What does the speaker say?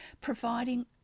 providing